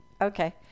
Okay